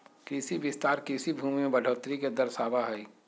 कृषि विस्तार कृषि भूमि में बढ़ोतरी के दर्शावा हई